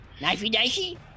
Knifey-dicey